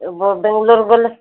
ବେଙ୍ଗଲୋର ଗଲେ